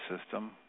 system